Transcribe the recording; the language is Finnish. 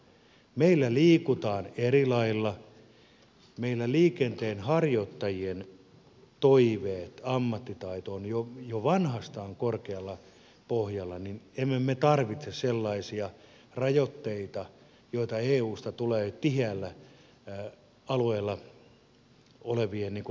kun meillä liikutaan eri lailla meillä liikenteenharjoittajien toiveet ammattitaito ovat jo vanhastaan korkealla pohjalla niin emme me tarvitse sellaisia rajoitteita joita eusta tulee tiheällä alueella olevien liikenteenharjoittajien osalta